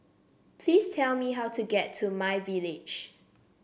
please tell me how to get to my Village